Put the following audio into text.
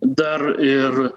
dar ir